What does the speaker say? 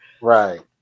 right